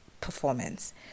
performance